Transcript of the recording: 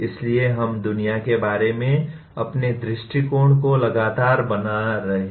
इसलिए हम दुनिया के बारे में अपने दृष्टिकोण को लगातार बना रहे हैं